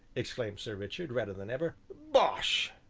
exclaimed sir richard, redder than ever. bosh!